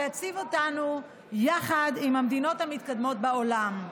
שיציב אותנו יחד עם המדינות המתקדמות בעולם.